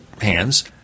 hands